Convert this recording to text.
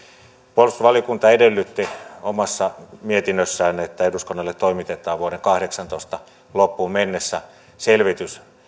puolustusvaliokunta edellytti omassa mietinnössään että eduskunnalle toimitetaan vuoden kahdeksantoista loppuun mennessä selvitys